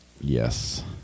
yes